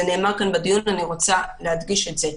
זה נאמר בדיון ואני רוצה להדגיש את זה.